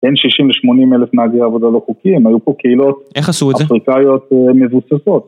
בין 60 ל-80 אלף מהגרי עבודה לא חוקיים, היו פה קהילות -איך עשו את זה? -אפריקאיות מבוססות.